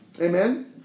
Amen